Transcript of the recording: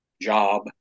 job